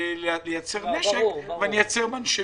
לייצר נשק ואייצר מנשמים,